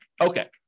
Okay